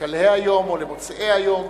לשלהי היום או למוצאי היום.